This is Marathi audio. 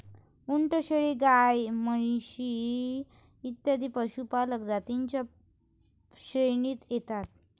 उंट, शेळी, गाय, म्हशी इत्यादी पशुपालक प्रजातीं च्या श्रेणीत येतात